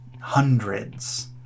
hundreds